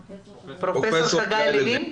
פרופסור חגי לוין,